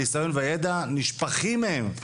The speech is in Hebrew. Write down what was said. הניסיון והידע נשפכים מהם,